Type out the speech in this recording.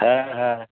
হ্যাঁ হ্যাঁ